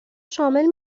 شامل